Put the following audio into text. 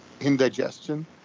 indigestion